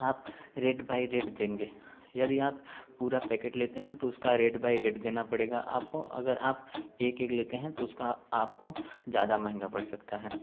आप rate by rate देंगे यदि आप पूरा पैकेट लेते हैं तो उसका रेट बाइ रेट देना पड़ेगा आपको अगर आप एक एक लेते है तो आ आपको ज़्यादा महंगा पर सकता है